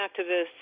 activists